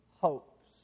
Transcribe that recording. hopes